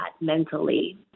mentally